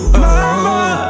mama